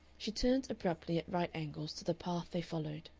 she turned abruptly at right angles to the path they followed.